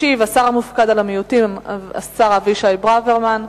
ישיב השר המופקד על המיעוטים, השר אבישי ברוורמן.